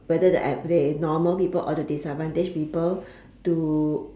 whether the ad~ the normal people or the disadvantage people to